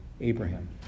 Abraham